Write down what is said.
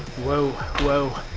whoa, whoa.